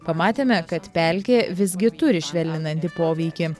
pamatėme kad pelkė visgi turi švelninantį poveikį